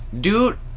Dude